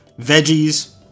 veggies